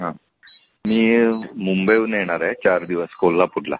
हां मी मुंबईहून येणार आहे चार दिवस कोल्हापूरला